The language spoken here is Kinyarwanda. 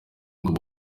ngo